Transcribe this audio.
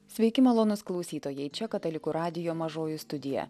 sveiki malonūs klausytojai čia katalikų radijo mažoji studija